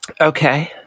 Okay